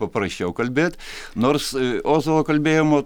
paprasčiau kalbėt nors ozolo kalbėjimo